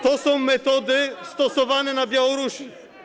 To są metody stosowane na Białorusi.